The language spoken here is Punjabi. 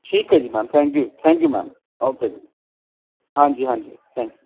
ਠੀਕ ਹੈ ਜੀ ma'am thank you thank you ma'am okay ਜੀ ਹਾਂਜੀ ਹਾਂਜੀ ਥੈਂਕ ਯੂ